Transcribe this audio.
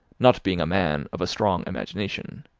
not being a man of a strong imagination,